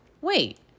Wait